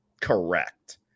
correct